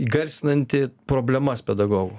garsinanti problemas pedagogų